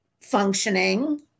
functioning